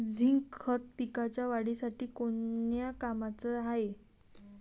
Zinc खत पिकाच्या वाढीसाठी कोन्या कामाचं हाये?